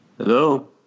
Hello